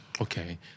Okay